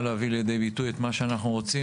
להביא לידי ביטוי את מה שאנחנו רוצים,